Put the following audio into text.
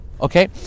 okay